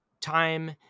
Time